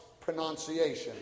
pronunciation